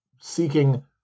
seeking